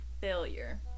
failure